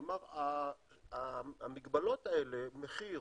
כלומר, המגבלות מחיר